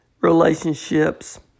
relationships